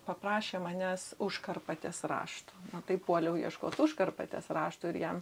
paprašė manęs užkarpatės raštų tai puoliau ieškot užkarpatės raštų ir jam